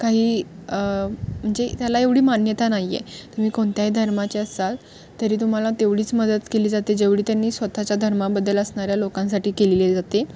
काही म्हणजे त्याला एवढी मान्यता नाही आहे तुम्ही कोणत्याही धर्माचे असाल तरी तुम्हाला तेवढीच मदत केली जाते जेवढी त्यांनी स्वतःच्या धर्माबद्दल असणाऱ्या लोकांसाठी केलेली जाते